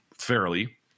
fairly